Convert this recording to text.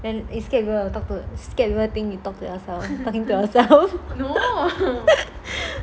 and is scared people talk to think you talking to yourself